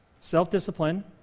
self-discipline